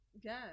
Yes